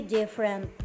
different